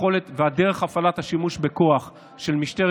היכולת ודרך הפעלת השימוש בכוח של משטרת